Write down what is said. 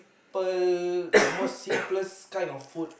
~ple the most simplest kind of food